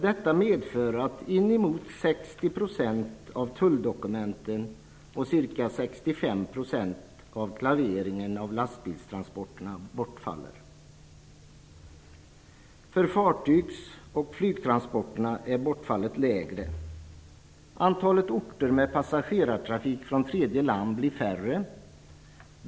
Detta medför att in emot 60 % av tulldokumenten och ca 65 % av klareringen av lastbilstransporterna bortfaller. För fartygs och flygplanstransporterna är bortfallet lägre. Antalet orter med passagerartrafik från tredje land blir mindre.